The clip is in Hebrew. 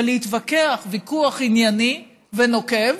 ולהתווכח ויכוח ענייני ונוקב,